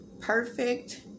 Perfect